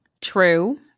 True